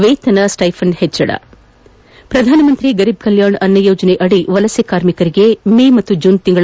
ವೇತನ ಶಿಷ್ಯವೇತನ ಹೆಚ್ಚಳ ಪ್ರಧಾನಮಂತ್ರಿ ಗರೀಬ್ ಕಲ್ಯಾಣ್ ಅನ್ನ ಯೋಜನೆಯದಿ ವಲಸೆ ಕಾರ್ಮಿಕರಿಗೆ ಮೇ ಹಾಗೂ ಜೂನ್ ತಿಂಗಳ